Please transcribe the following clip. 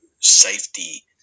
safety